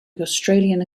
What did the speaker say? australian